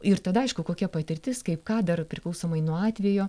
ir tada aišku kokia patirtis kaip ką dar priklausomai nuo atvejo